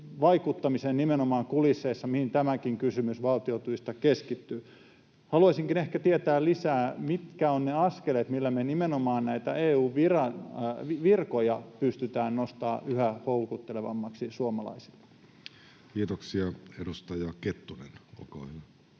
vaikuttamiseen nimenomaan kulisseissa, mihin tämäkin kysymys valtiontuista keskittyy. Haluaisinkin ehkä tietää lisää, mitkä ovat ne askeleet, millä me nimenomaan näitä EU-virkoja pystytään nostamaan yhä houkuttelevammiksi suomalaisille. [Speech 326] Speaker: